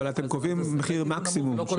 אבל אתם קובעים מחיר מקסימום.